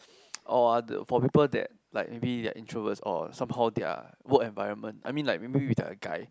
or are the for people that like maybe they are introverts or somehow their work environment I mean like maybe if they are a guy